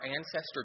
ancestor